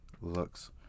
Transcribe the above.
looks